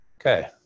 Okay